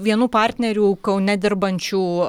vienų partnerių kaune dirbančių